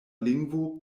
lingvo